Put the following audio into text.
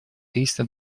триста